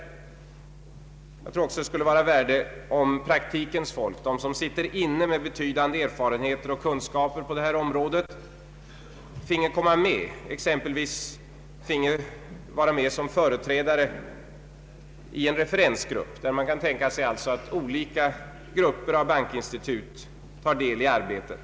Jag tror också att det skulle vara av värde om praktikens folk, som har betydande erfarenheter och kunskaper inom detta område, finge komma med exempelvis som företrädare i en referensgrupp, där olika grupper av bankinstitut kunde tänkas ta del i arbetet.